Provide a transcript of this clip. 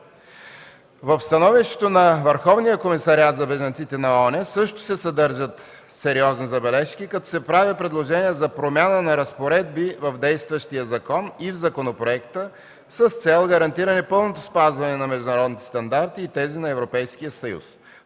В становището на Върховния комисариат за бежанците на ООН също се съдържат сериозни забележки, като се прави предложение за промяна на разпоредби в действащия закон и в законопроекта с цел гарантиране пълното спазване на международните стандарти и тези на Европейския съюз.